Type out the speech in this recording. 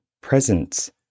presence